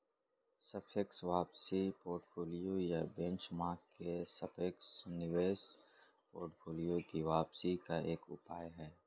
सापेक्ष वापसी पोर्टफोलियो या बेंचमार्क के सापेक्ष निवेश पोर्टफोलियो की वापसी का एक उपाय है